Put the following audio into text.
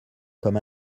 comme